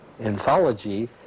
anthology